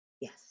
Yes